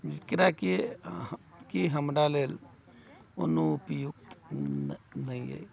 जेकराके की हमरा लेल कोनो उपयुक्त नहि अहि